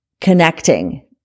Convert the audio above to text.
connecting